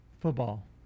football